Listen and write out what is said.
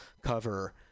cover